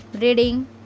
reading